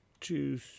two